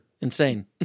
insane